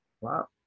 Wow